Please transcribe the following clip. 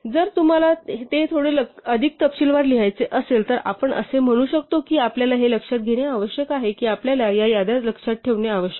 जर तुम्हाला ते थोडे अधिक तपशीलवार लिहायचे असेल तर आपण असे म्हणू शकतो की आपल्याला हे लक्षात घेणे आवश्यक आहे की आपल्याला या याद्या लक्षात ठेवणे आवश्यक आहे